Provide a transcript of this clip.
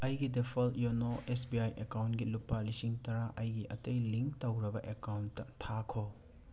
ꯑꯩꯒꯤ ꯗꯤꯐꯣꯜꯠ ꯌꯣꯅꯣ S B I ꯑꯦꯀꯥꯎꯟꯒꯤ ꯂꯨꯄꯥ ꯂꯤꯁꯤꯡ ꯇꯔꯥ ꯑꯩꯒꯤ ꯑꯇꯩ ꯂꯤꯡꯛ ꯇꯧꯔꯕ ꯑꯦꯀꯥꯎꯟꯇ ꯊꯥꯈꯣ